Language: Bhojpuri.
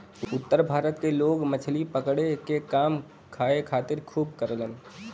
उत्तर भारत के लोग मछली पकड़े क काम खाए खातिर खूब करलन